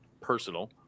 personal